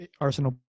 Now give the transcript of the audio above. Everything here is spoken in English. Arsenal